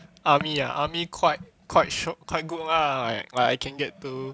army ah army quite quite shiok quite good ah like I can get